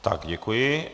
Tak děkuji.